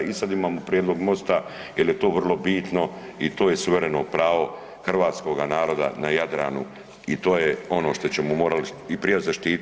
I sada imamo prijedlog Mosta jer je to vrlo bitno i to je suvereno pravo hrvatskoga naroda na Jadranu i to je ono što smo morali i prije zaštititi.